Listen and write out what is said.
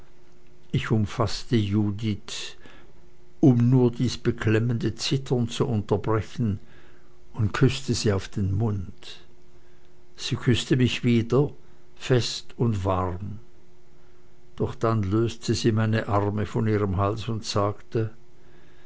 ich umfaßte judith um nur dies beklemmende zittern zu unterbrechen und küßte sie auf den mund sie küßte mich wieder fest und warm doch dann löste sie meine arme von ihrem hals und sagte